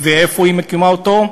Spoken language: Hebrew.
ואיפה היא מקימה אותו?